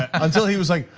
and until he was like,